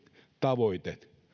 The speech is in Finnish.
tavoite